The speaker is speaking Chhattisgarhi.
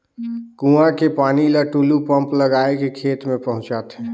कुआं के पानी ल टूलू पंप लगाय के खेत में पहुँचाथे